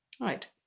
Right